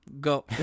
Go